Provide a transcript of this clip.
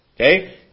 Okay